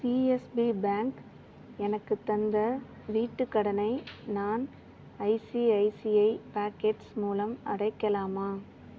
CSB bank எனக்குத் தந்த வீட்டுக் கடனை நான் ஐசிஐசிஐ பாக்கெட்ஸ் மூலம் அடைக்கலாமா